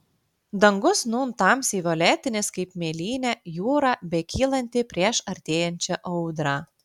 dangus nūn tamsiai violetinis kaip mėlynė jūra bekylanti prieš artėjančią audrą